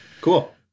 Cool